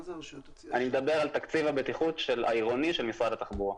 אני מדבר על תקציב הבטיחות העירוני של משרד התחבורה.